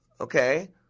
okay